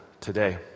today